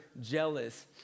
jealous